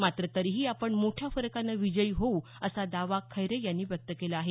मात्र तरीही आपण मोठ्या फरकाने विजयी होऊ असा दावा खैरे यांनी व्यक्त केला आहे